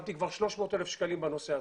שמתי כבר 300,000 שקלים בנושא הזה.